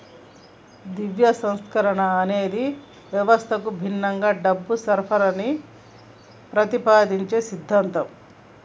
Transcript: ద్రవ్య సంస్కరణ అనేది వ్యవస్థకు భిన్నంగా డబ్బు సరఫరాని ప్రతిపాదించే సిద్ధాంతం